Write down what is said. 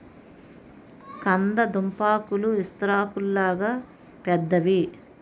కంద దుంపాకులు విస్తరాకుల్లాగా పెద్దవి